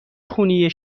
خونی